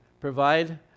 provide